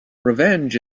revenge